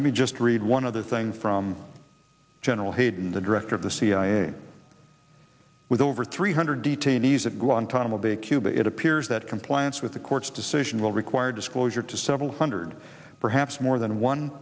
let me just read one other thing from general hayden the director of the cia with over three hundred detainees at guantanamo bay cuba it appears that compliance with the court's decision will require disclosure to several hundred perhaps more than one